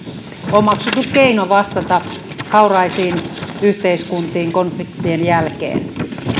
omaksuttu keino vastata hauraisiin yhteiskuntiin konfliktien jälkeen